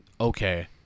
okay